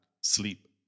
sleep